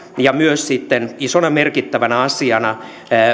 ja myös sitten isona merkittävänä asiana